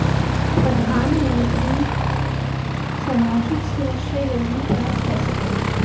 प्रधानमंत्री सामाजिक सुरक्षा योजना प्राप्त कैसे करें?